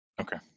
Okay